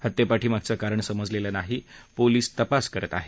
हत्येपाठी मागचं कारण समजलेलं नाही पोलीस तपास करत आहेत